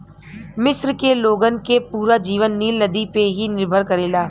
मिस्र के लोगन के पूरा जीवन नील नदी पे ही निर्भर करेला